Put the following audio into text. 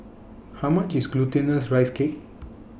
How much IS Glutinous Rice Cake